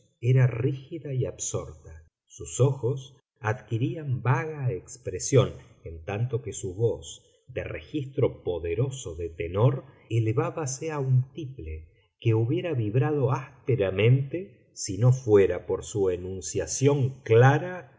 era rígida y absorta sus ojos adquirían vaga expresión en tanto que su voz de registro poderoso de tenor elevábase a un tiple que hubiera vibrado ásperamente si no fuera por su enunciación clara